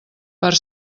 per